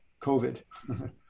COVID